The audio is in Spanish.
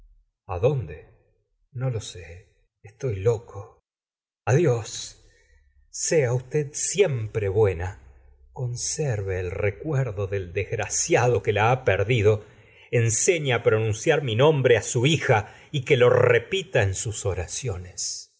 bovary adónde no lo sé estoy loco adiós sea usted siempre buena conserve el j ecuerdo del desgraciado que la ha perdido enseñe á pronunciar mi nombre á su hija y que lo repita en sus oraciones